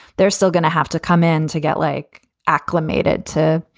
they're still gonna have to come in to get, like, acclimated to